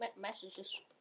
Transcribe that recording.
messages